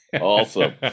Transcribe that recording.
Awesome